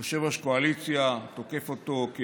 יושב-ראש קואליציה תוקף אותו: